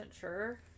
sure